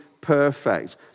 perfect